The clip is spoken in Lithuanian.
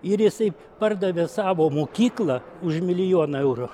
ir jisai pardavė savo mokyklą už milijoną eurų